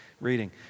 reading